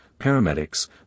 paramedics